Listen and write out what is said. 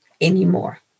anymore